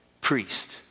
priest